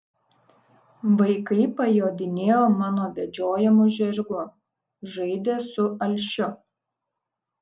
vaikai pajodinėjo mano vedžiojamu žirgu žaidė su alšiu